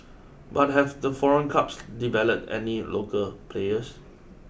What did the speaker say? but have the foreign clubs developed any local players